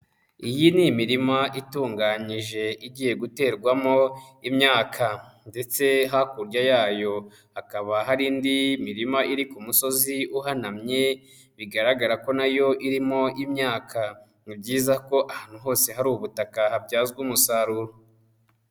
Iyi ni imirima itunganyije igiye guterwamo imyaka ndetse hakurya yayo hakaba hari indi mirima iri ku musozi uhanamye, bigaragara ko nayo irimo imyaka, ni byiza ko ahantu hose hari ubutaka habyazwa umusaruro.